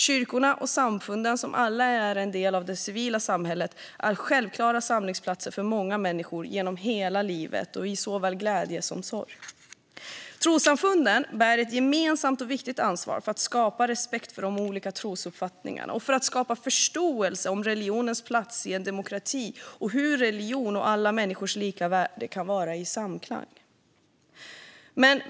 Kyrkorna och samfunden, som alla är en del av det civila samhället, är självklara samlingsplatser för många människor genom hela livet och i såväl glädje som sorg. Trossamfunden bär ett gemensamt och viktigt ansvar för att skapa respekt för de olika trosuppfattningarna och för att skapa förståelse för religionens plats i en demokrati och för hur religion och alla människors lika värde kan vara i samklang.